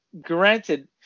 granted